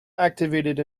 activated